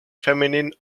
feminine